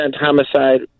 homicide